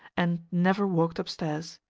and never walked upstairs.